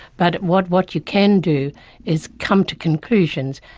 but what what you can do is come to conclusions.